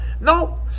No